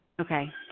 Okay